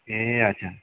ए अच्छा